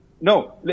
No